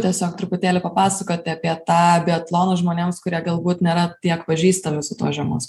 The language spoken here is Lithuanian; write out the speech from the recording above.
tiesiog truputėlį papasakoti apie tą biatloną žmonėms kurie galbūt nėra tiek pažįstami su tuo žiemos